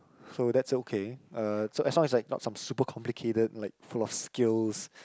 so that's okay uh so as long as like not some super complicated like full of skills